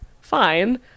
fine